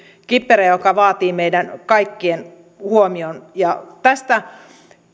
kiperä ja joka vaatii meidän kaikkien huomion tästä